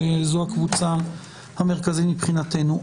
שזו הקבוצה המרכזית מבחינתנו.